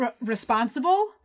responsible